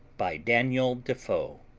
by daniel defoe